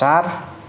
चार